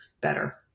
better